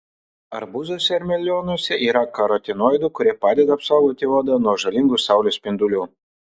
arbūzuose ir melionuose yra karotinoidų kurie padeda apsaugoti odą nuo žalingų saulės spindulių